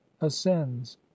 ascends